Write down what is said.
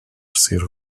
sir